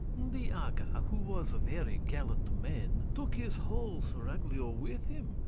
the aga, who was a very gallant man, took his whole seraglio with him,